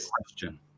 question